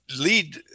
lead